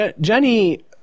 Jenny